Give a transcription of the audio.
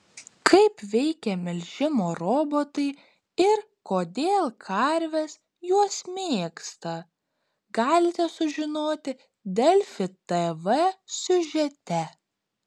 kaip veikia melžimo robotai ir kodėl karves juos mėgsta galite sužinoti delfi tv siužete